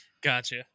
Gotcha